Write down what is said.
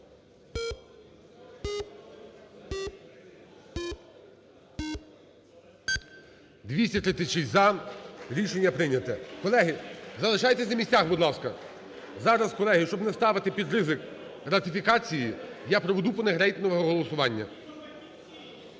236-за. Рішення прийняте. Колеги, залишайтесь на місцях, будь ласка. Зараз, колеги, щоб не ставити під ризик ратифікації, я проведу по них рейтингове голосування.